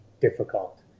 difficult